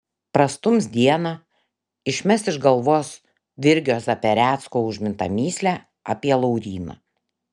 prastums dieną išmes iš galvos virgio zaperecko užmintą mįslę apie lauryną